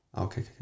Okay